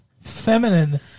feminine